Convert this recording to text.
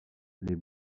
les